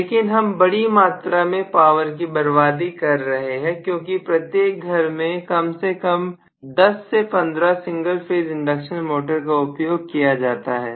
लेकिन हम बड़ी मात्रा में पावर की बर्बादी कर रहे हैं क्योंकि प्रत्येक घर में कम से कम 10 से 15 सिंगल फेज इंडक्शन मोटर का उपयोग किया जाता है